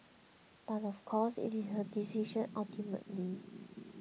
but of course it is her decision ultimately